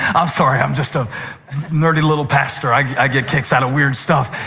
ah sorry. i'm just a nerdy little pastor. i get kicks out of weird stuff.